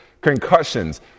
concussions